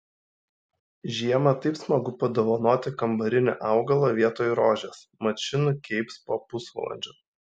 žiemą taip smagu padovanoti kambarinį augalą vietoj rožės mat ši nukeips po pusvalandžio